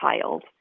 child